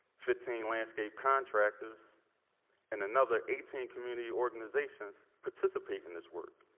fifteen landscape contractors and another eighteen community organizations participate in this work.